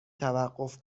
توقف